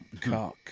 Cock